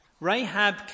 Rahab